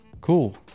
Cool